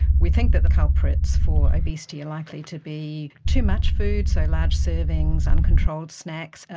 we think that the culprits for obesity are likely to be too much food, so large servings, uncontrolled snacks,